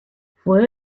fue